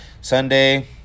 Sunday